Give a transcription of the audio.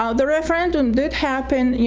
um the referendum did happen, and you